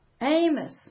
Amos